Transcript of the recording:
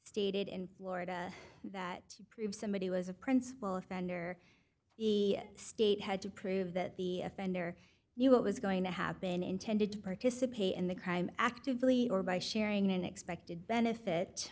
stated in florida that somebody was a principal offender the state had to prove that the offender knew what was going to have been intended to participate in the crime actively or by sharing an expected benefit